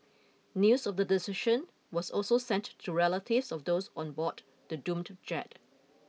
news of the decision was also sent to relatives of those on board the doomed jet